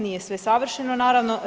Nije sve savršeno, naravno.